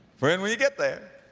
friend, when you get there,